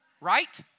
right